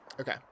okay